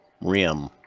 rim